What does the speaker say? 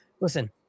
Listen